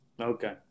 Okay